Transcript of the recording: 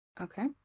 okay